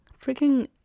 freaking